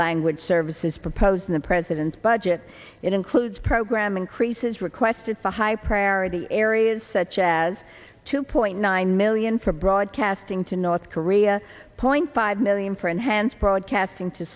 language services proposed in the president's budget it includes program increases requested for high priority areas such as two point nine million for broadcasting to north korea point five million for enhanced broadcasting to